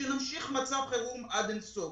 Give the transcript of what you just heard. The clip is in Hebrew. ונמשיך מצב חירום עד אין סוף.